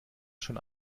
schon